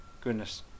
goodness